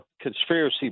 conspiracy